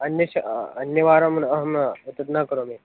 अन्यश अन्यवारं न अहं एतद् न करोमि